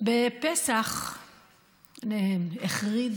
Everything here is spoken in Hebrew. בפסח החריד